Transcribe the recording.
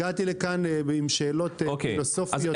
הגעתי לכאן עם שאלות פילוסופיות, תיאורטיות.